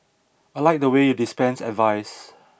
I liked the way you dispensed advice